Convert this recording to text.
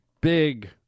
big